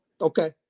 Okay